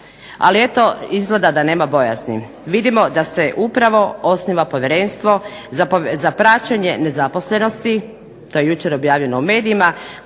Ali eto izgleda da nema bojazni. Vidimo da se upravo osniva povjerenstvo za praćenje nezaposlenosti, to je jučer objavljeno u medijima,